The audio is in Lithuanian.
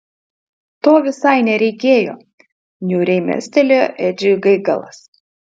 to visai nereikėjo niūriai mestelėjo edžiui gaigalas